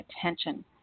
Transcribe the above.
attention